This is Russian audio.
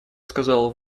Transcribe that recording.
сказал